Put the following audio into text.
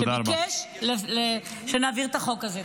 וביקש שנעביר את החוק הזה.